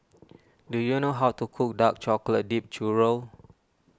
do you know how to cook Dark Chocolate Dipped Churro